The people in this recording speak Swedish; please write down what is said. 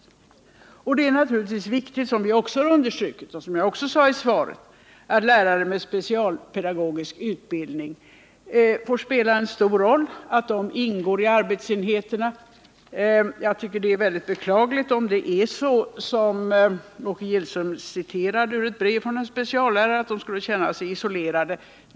Det är naturligtvis viktigt — som vi har understrukit och som jag sade i svaret — att lärare med specialpedagogisk utbildning får spela en stor roll och att de ingår i arbetsenheterna. Det är beklagligt om det är så som Åke Gillström citerade ur ett brev från en speciallärare, att de känner sig isolerade.